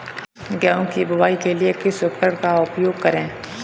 गेहूँ की बुवाई के लिए किस उपकरण का उपयोग करें?